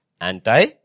anti